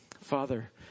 Father